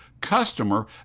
customer